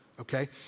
Okay